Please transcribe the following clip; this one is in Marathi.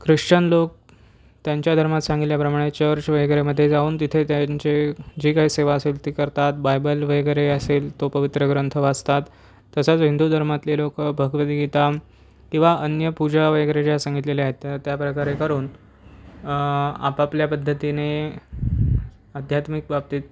ख्रिश्चन लोक त्यांच्या धर्मात सांगितल्याप्रमाणे चर्च वगैरे मध्ये जाऊन तिथे त्यांचे जी काही सेवा असेल ती करतात बायबल वगैरे असेल तो पवित्र ग्रंथ वाचतात तसंच हिंदू धर्मातले लोकं भगवतगीता किंवा अन्य पूजा वगैरे ज्या सांगितलेल्या आहेत तर त्याप्रकारे करून आपापल्या पद्धतीने आध्यात्मिक बाबतीत